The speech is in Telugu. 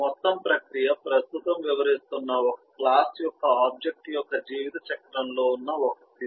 మొత్తం ప్రక్రియ ప్రస్తుతం ప్రవర్తిస్తున్న ఒక క్లాస్ యొక్క ఆబ్జెక్ట్ యొక్క జీవితచక్రంలో ఉన్న ఒక స్థితి